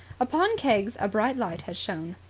upon keggs a bright light had shone.